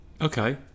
Okay